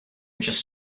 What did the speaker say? just